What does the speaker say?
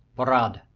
beralde.